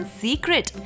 secret